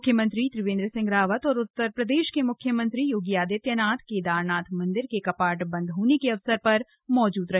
म्ख्यमंत्री त्रिवेंद्र सिंह रावत और उत्तर प्रदेश के म्ख्यमंत्री योगी आदित्यनाथ केदारनाथ मंदिर के कपाट बंद होने के अवसर पर मौजूद रहे